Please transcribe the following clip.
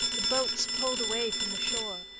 the boats pulled away from the shore,